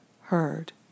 heard